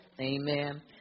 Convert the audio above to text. Amen